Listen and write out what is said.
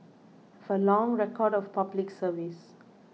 have a long record of Public Service